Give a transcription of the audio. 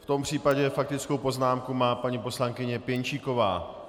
V tom případě faktickou poznámku má paní poslankyně Pěnčíková.